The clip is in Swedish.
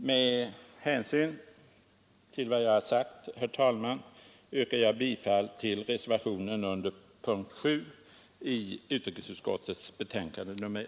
Med hänsyn till vad jag har sagt, herr talman, yrkar jag bifall till reservationen vid punkten 7 i utrikesutskottets betänkande nr 1.